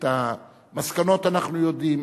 את המסקנות אנחנו יודעים,